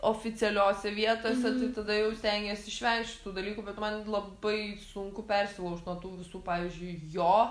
oficialiose vietose tai tada jau stengies išvengt šitų dalykų bet man labai sunku persilaužt nuo tų visų pavyzdžiui jo